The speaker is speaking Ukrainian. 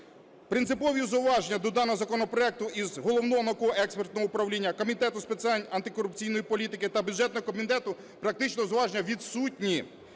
Принципові зауваження до даного законопроекту із Головного науково-експертного управління, Комітету з питань антикорупційної політики та бюджетного комітету практично зауваження відсутні.